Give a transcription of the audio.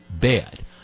bad